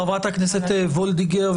חברת הכנסת וולדיגר.